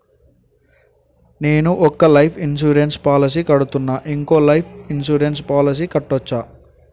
నేను ఒక life insurance policy కడ్తున్నా, ఇంకో లైఫ్ ఇన్సూరెన్స్ పాలసీ కట్టొచ్చా?